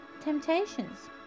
temptations